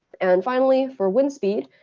and finally, for wind speed,